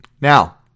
Now